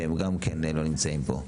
שהם גם כן לא נמצאים פה.